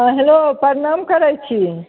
हँ हेलो प्रणाम करैत छी